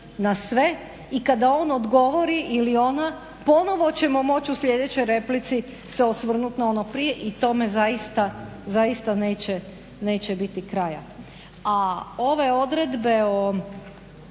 na sve i kada on odgovori ili ona ponovno ćemo moći u sljedećoj replici se osvrnuti na ono prije i tome zaista neće biti kraja. A ove odredbe o